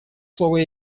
слово